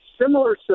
similar